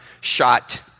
shot